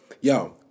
Yo